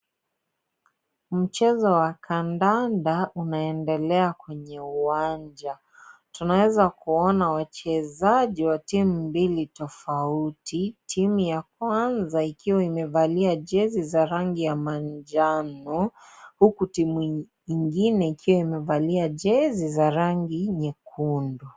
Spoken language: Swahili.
Mchezo wa kandanda unaendelea kwenye uwanja. Tunaweza kuona wachezaji wa timu mbili tofauti. Timu ya kwanza, ikiwa imevalia jezi za rangi ya manjano, huku timu ingine ikiwa imevalia jezi za rangi nyekundu.